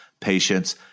patience